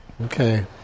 Okay